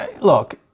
Look